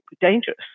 dangerous